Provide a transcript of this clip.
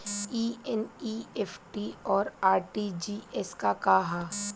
ई एन.ई.एफ.टी और आर.टी.जी.एस का ह?